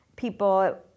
people